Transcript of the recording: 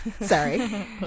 Sorry